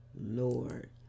Lord